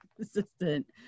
assistant